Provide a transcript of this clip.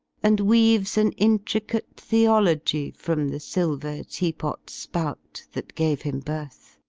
and weaves an intricate theology from the silver tea-pot spout, that gave him birth.